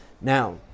Now